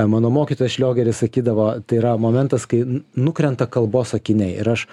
mano mokytojas šliogeris sakydavo tai yra momentas kai nukrenta kalbos sakiniai ir aš